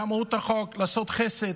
זאת מהות החוק, לעשות חסד.